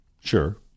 Sure